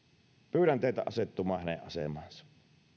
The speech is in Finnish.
pyydän teitä asettumaan hänen asemaansa